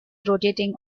rotating